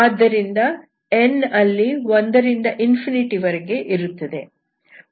ಆದ್ದರಿಂದ n ಅಲ್ಲಿ 1 ರಿಂದ ವರೆಗೆ ಇರುತ್ತದೆ